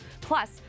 Plus